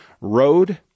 road